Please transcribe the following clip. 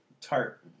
tart